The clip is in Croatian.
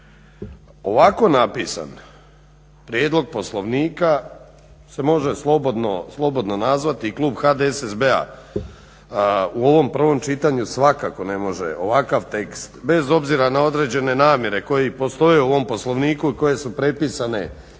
Ovako napisan prijedlog Poslovnika se može slobodno nazvati i klub HDSSB-a u ovom prvom čitanju svakako ne može ovakav tekst, bez obzira na određene namjere koje i postoje u ovom Poslovniku i koje su prepisane iz